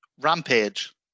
rampage